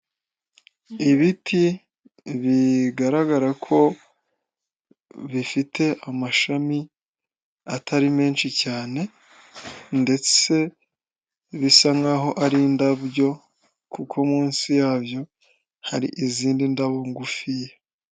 Ibiti bigaragara ko bifite amashami atari menshi cyane ndetse bisa nkaho ari indabyo, kuko munsi yabyo hari izindi ndabo ngufiya.